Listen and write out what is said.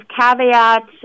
caveats